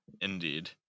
Indeed